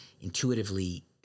intuitively